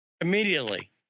immediately